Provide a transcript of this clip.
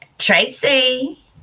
Tracy